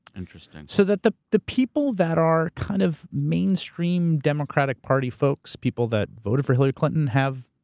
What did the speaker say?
interesting. so that the the people that are kind of mainstream democratic party folks, people that voted for hillary clinton have.